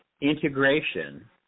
integration